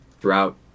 throughout